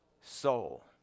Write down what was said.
Soul